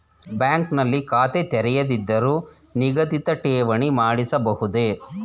Bank ನಲ್ಲಿ ಖಾತೆ ತೆರೆಯದಿದ್ದರೂ ನಿಗದಿತ ಠೇವಣಿ ಮಾಡಿಸಬಹುದೇ?